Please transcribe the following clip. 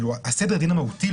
סדר הדין המהותי,